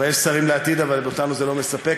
יש שרים לעתיד, אבל אותנו זה לא מספק.